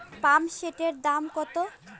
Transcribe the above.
পাম্পসেটের দাম কত?